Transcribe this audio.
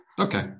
okay